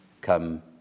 come